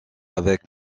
avec